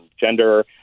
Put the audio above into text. gender